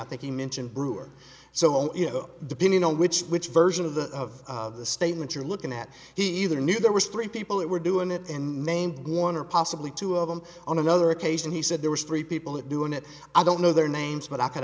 that he mentioned brewer so all you know depending on which which version of the of the statement you're looking at he either knew there was three people that were doing it and named warner possibly two of them on another occasion he said there was three people that doing it i don't know their names but i could